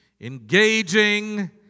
engaging